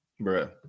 Bruh